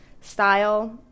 style